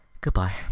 Goodbye